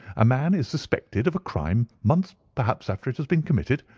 a man is suspected of a crime months perhaps after it has been committed.